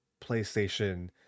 PlayStation